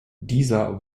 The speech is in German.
dieser